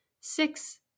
six